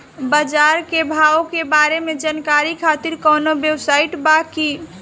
बाजार के भाव के बारे में जानकारी खातिर कवनो वेबसाइट बा की?